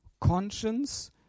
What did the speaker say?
conscience